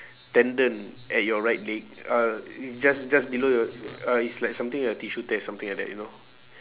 tendon at your right leg uh it's just just below you~ uh it's like something like a tissue tear something like that you know